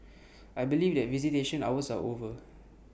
I believe that visitation hours are over